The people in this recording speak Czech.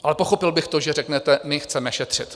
Ale pochopil bych to, že řeknete: my chceme šetřit.